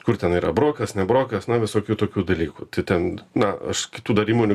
kur ten yra brokas ne brokas na visokių tokių dalykų tai ten na aš kitų dar įmonių gal